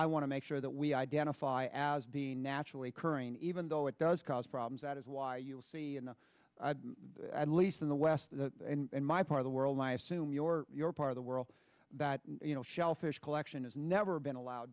i want to make sure that we identify as the naturally occurring even though it does cause problems that is why you'll see and at least in the west and my part of the world i assume your your part of the world that you know shellfish collection has never been allowed